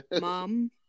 Mom